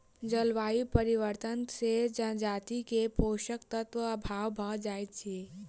जलवायु परिवर्तन से जजाति के पोषक तत्वक अभाव भ जाइत अछि